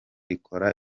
ikora